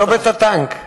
"צומת הטנק".